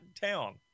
town